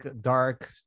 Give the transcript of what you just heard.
dark